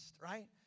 right